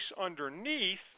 underneath